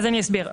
אסביר.